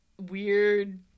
weird